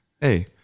Hey